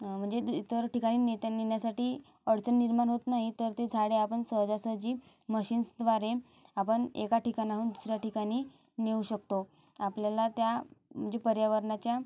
म्हणजे इतर ठिकाणी नेत्यानेण्यासाठी अडचण निर्माण होत नाही तर ते झाडे आपण सहजासहजी मशिन्सद्वारे आपण एक ठिकाणाहून दुसऱ्या ठिकाणी नेऊ शकतो आपल्याला त्या म्हणजे पर्यावरणाच्या